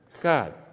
God